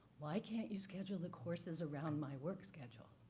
why can't you schedule the courses around my work schedule?